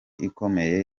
ikomeye